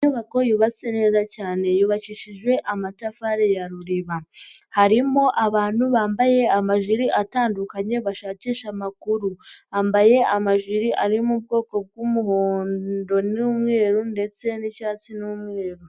Inyubako yubatswe neza cyane yubakishijwe amatafari ya ruriba, harimo abantu bambaye amajiri atandukanye bashakisha amakuru, bambaye amajiri ari mu bwoko bw'umuhondo n'umweru ndetse n'icyatsi n'umweru.